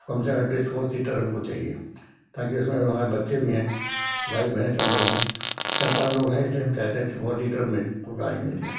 कम से four seater हमको चाहिए ताकि उसमें वो है बच्चे भी हैं वाइफ है सब लोग हैं चार पाँच लोग हैं इसलिए हम चाहते हैं फोर सीटर में गाड़ी मिल जाए